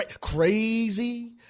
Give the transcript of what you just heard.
Crazy